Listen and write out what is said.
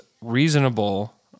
reasonable